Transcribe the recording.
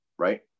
right